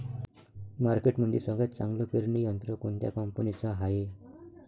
मार्केटमंदी सगळ्यात चांगलं पेरणी यंत्र कोनत्या कंपनीचं हाये?